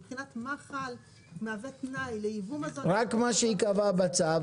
מבחינת מה מהווה תנאי -- רק מה שייקבע בצו,